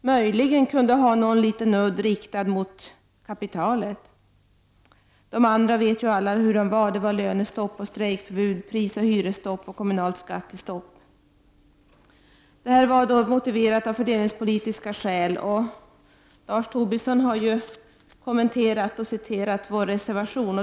möjligen kunde ha någon liten udd riktad mot kapitalet. Vi vet ju alla hur förslagen såg ut. Det rörde sig om lönestopp, prisoch hyrestopp, kommunalt skattestopp samt strejkförbud. Det var motiverat av fördelningspolitiska skäl. Lars Tobisson har redan kommenterat vår reservation.